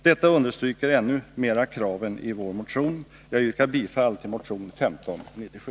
Detta understryker ännu mer kraven i vår motion. Jag yrkar bifall till motion 1597.